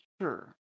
sure